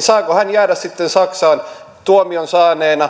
saako tällainen henkilö jäädä saksaan tuomion saaneena